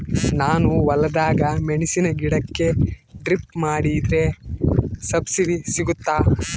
ನಾನು ಹೊಲದಾಗ ಮೆಣಸಿನ ಗಿಡಕ್ಕೆ ಡ್ರಿಪ್ ಮಾಡಿದ್ರೆ ಸಬ್ಸಿಡಿ ಸಿಗುತ್ತಾ?